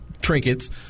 trinkets